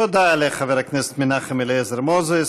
תודה לחבר הכנסת מנחם אליעזר מוזס.